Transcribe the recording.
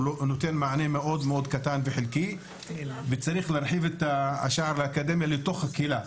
הוא נותן מענה מאוד קטן וחלקי וצריך להרחיב אותו לתוך הקהילה.